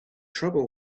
trouble